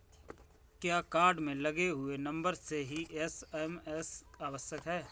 क्या कार्ड में लगे हुए नंबर से ही एस.एम.एस आवश्यक है?